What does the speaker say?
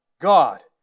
God